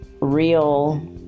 real